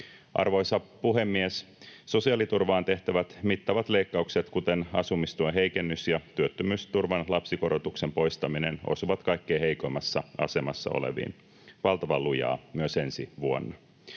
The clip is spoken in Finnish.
Arvoisa puhemies! Sosiaaliturvaan tehtävät mittavat leikkaukset, kuten asumistuen heikennys ja työttömyysturvan lapsikorotuksen poistaminen, osuvat kaikkein heikoimmassa asemassa oleviin valtavan lujaa myös ensi vuonna.